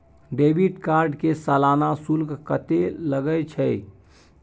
Debit card के सालाना शुल्क कत्ते लगे छै?